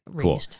cool